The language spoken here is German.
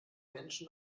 menschen